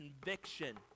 conviction